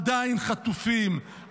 עדיין חטופים,